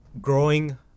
growing